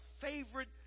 favorite